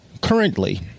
currently